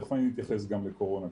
תיכף אתייחס לקורונה,